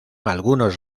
algunos